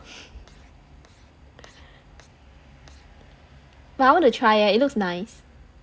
but I want to try leh it looks nice